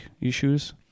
issues